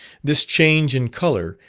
this change in colour,